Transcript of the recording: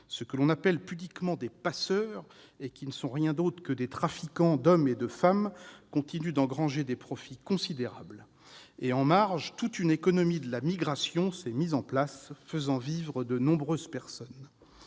Ceux que l'on appelle pudiquement des « passeurs », et qui ne sont rien d'autre que des trafiquants d'hommes et de femmes, continuent d'engranger des profits considérables. En marge, toute une « économie de la migration » s'est mise en place, faisant vivre de nombreuses personnes.